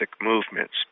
movements